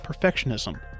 perfectionism